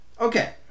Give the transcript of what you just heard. Okay